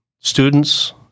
students